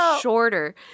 shorter